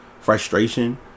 frustration